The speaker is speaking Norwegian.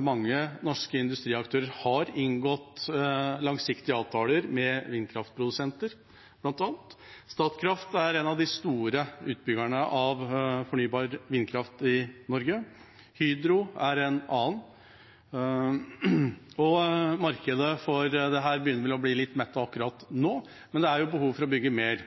Mange norske industriaktører har inngått langsiktige avtaler med bl.a. vindkraftprodusenter. Statkraft er en av de store utbyggerne av fornybar vindkraft i Norge. Hydro er en annen. Markedet for dette begynner vel å bli litt mettet akkurat nå, men det er behov for å bygge mer